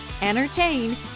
entertain